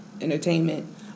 entertainment